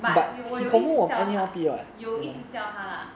but 我有一直教它有一直教它 lah